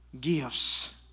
gifts